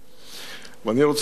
ואני רוצה לומר לכם,